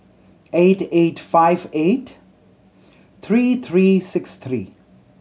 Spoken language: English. eight eight five eight three three six three